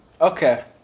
Okay